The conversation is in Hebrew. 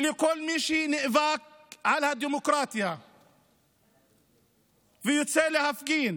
ולכל מי שנאבק על הדמוקרטיה ויוצא להפגין